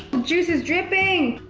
juice is dripping.